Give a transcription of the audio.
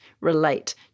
relate